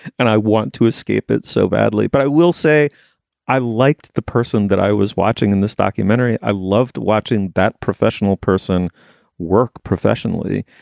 and i want to escape it so badly. but i will say i liked the person that i was watching in this documentary. i loved watching that professional person work professionally.